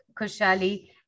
Kushali